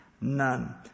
None